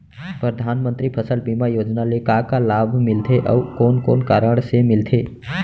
परधानमंतरी फसल बीमा योजना ले का का लाभ मिलथे अऊ कोन कोन कारण से मिलथे?